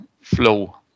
flow